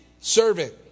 servant